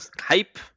hype